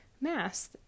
Mass